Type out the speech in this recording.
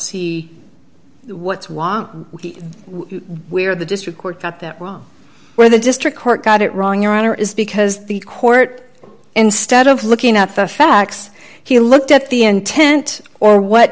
see what's walk where the district court got that wrong where the district court got it wrong your honor is because the court instead of looking at the facts he looked at the intent or what